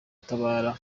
gutabara